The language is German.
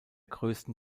größten